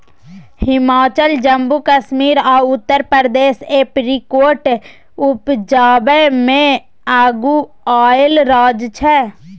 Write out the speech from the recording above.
हिमाचल, जम्मू कश्मीर आ उत्तर प्रदेश एपरीकोट उपजाबै मे अगुआएल राज्य छै